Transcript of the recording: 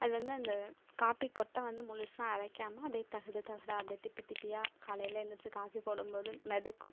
அது வந்து அந்த காப்பிக் கொட்ட வந்து முழுசாக அரைக்காமல் அப்படியே தகடு தகடா அப்படியே திப்பி திப்பியா காலையில் எழுந்திரிச்சி காஃபி போடும் போது மிதக்கும்